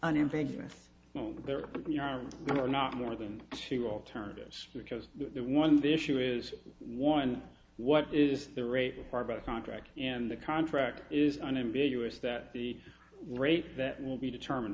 unambiguous there are not more than two alternatives to chose the one the issue is one what is the rate for about a contract and the contract is unambiguous that the rate that will be determined